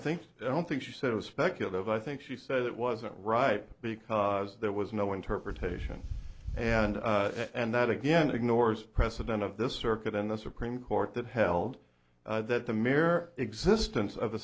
think i don't think she said it was speculative i think she said it wasn't right because there was no interpretation and and that again ignores president of the circuit in the supreme court that held that the mere existence of the